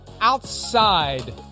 outside